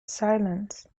silence